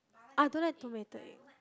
I don't like tomato eh